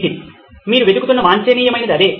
నితిన్ మీరు వెతుకుతున్న వాంఛనీయమైనది అదే